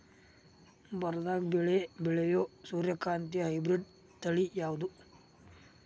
ಬರದಾಗ ಬೆಳೆಯೋ ಸೂರ್ಯಕಾಂತಿ ಹೈಬ್ರಿಡ್ ತಳಿ ಯಾವುದು?